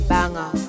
Banger